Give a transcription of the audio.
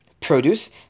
produce